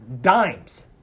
dimes